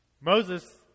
Moses